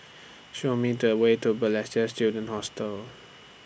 Show Me The Way to Balestier Student Hostel